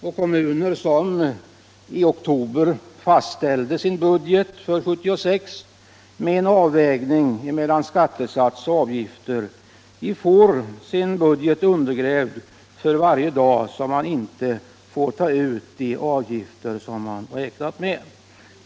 Och kommuner som i oktober fastställde sin budget för 1976 med en viss avvägning mellan skattesats och avgifter får sin budget undergrävd för varje dag då de inte kan ta ut de avgifter de räknat med.